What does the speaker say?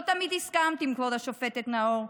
לא תמיד הסכמתי עם כבוד השופטת נאור.